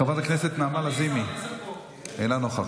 חברת הכנסת נעמה לזימי, אינה נוכחת,